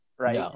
Right